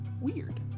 weird